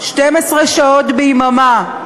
12 שעות ביממה,